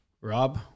Rob